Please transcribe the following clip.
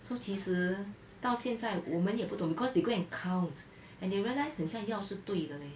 so 其实到现在我们也懂 because they go and count and they realize that 很像药是对的 eh